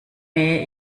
mähe